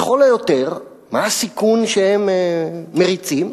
לכל היותר, מה הסיכון שהם מריצים?